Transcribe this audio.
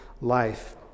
life